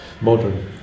modern